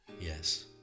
Yes